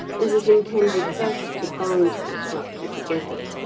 and was intended first to bind the structure together,